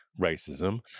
racism